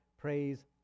Praise